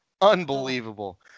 unbelievable